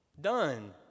Done